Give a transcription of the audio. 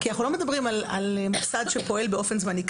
אנחנו לא מדברים על מוסד שפועל באופן זמני.